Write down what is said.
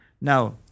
Now